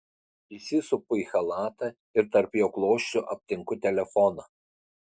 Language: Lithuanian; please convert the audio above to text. įsisupu į chalatą ir tarp jo klosčių aptinku telefoną